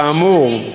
כאמור,